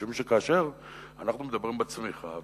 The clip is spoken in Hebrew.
משום שכאשר אנחנו מדברים על הצמיחה,